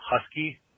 husky